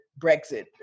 Brexit